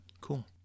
Cool